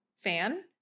fan